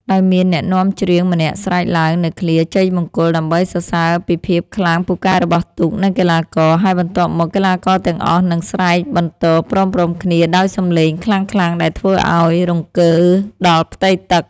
ដោយមានអ្នកនាំច្រៀងម្នាក់ស្រែកឡើងនូវឃ្លាជ័យមង្គលដើម្បីសរសើរពីភាពខ្លាំងពូកែរបស់ទូក និងកីឡាករ ហើយបន្ទាប់មកកីឡាករទាំងអស់នឹងស្រែកបន្ទរព្រមៗគ្នាដោយសំឡេងខ្លាំងៗដែលធ្វើឱ្យរង្គើដល់ផ្ទៃទឹក។